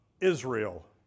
Israel